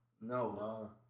No